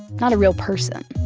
not a real person